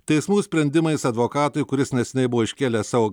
teismų sprendimais advokatui kuris neseniai buvo iškėlęs savo